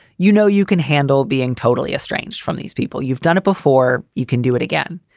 you know, you can handle being totally estranged from these people. you've done it before. you can do it again.